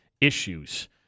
issues